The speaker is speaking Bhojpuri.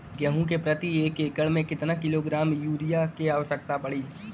गेहूँ के प्रति एक एकड़ में कितना किलोग्राम युरिया क आवश्यकता पड़ी?